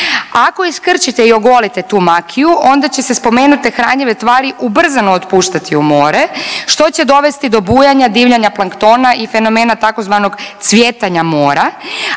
ako iskrčite i ogolite tu makiju onda će se spomenute hranjive tvari ubrzano otpuštati u more, što će dovesti do bujanja i divljanja planktona i fenomena tzv. cvjetanja mora,